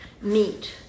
meet